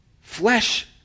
flesh